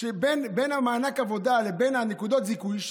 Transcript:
שבין מענק העבודה לבין הנקודות הזיכוי,